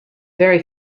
very